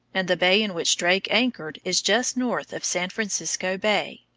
and the bay in which drake anchored is just north of san francisco bay.